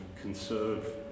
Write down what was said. conserve